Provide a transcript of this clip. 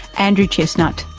andrew chesnut,